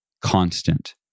constant